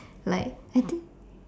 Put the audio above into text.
like I think